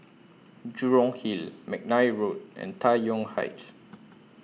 Jurong Hill Mcnair Road and Tai Yuan Heights